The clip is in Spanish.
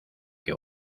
que